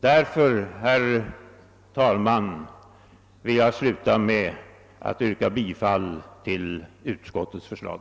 Därför, herr talman, vill jag sluta med att yrka bifall till utskottets förslag.